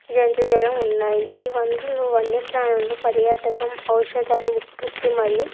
జంతు జలం ఉన్నాయి ఈ వన్రులు వన్యప్రాణులు పర్యాటకం ఔషధాలు ఉత్పత్తి మరియు